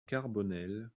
carbonel